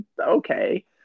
okay